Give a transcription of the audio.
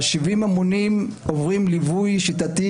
70 הממונים עוברים ליווי שיטתי,